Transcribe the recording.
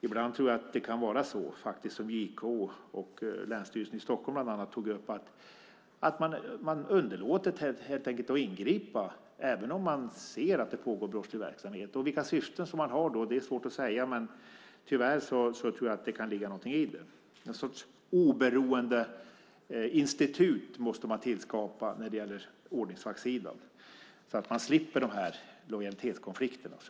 Ibland tror jag att det kan vara så som bland andra JK och Länsstyrelsen i Stockholm har tagit upp - att man underlåter helt enkelt att ingripa även om man ser att det pågår brottslig verksamhet. Det är svårt att säga vilka syften man har, men tyvärr tror jag att det kan ligga någonting i detta. Vi måste tillskapa någon sorts oberoendeinstitut när det gäller ordningsvaktssidan. Då slipper vi lojalitetskonflikterna.